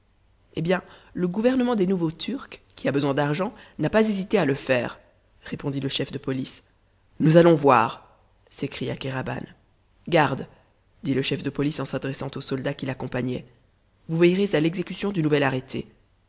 eh bien le gouvernement des nouveaux turcs qui a besoin d'argent n'a pas hésité à le faire répondit le chef de police nous allons voir s'écria kéraban gardes dit le chef de police en s'adressant aux soldats qui l'accompagnaient vous veillerez à l'exécution du nouvel arrêté